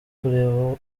kureba